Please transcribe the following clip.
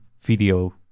video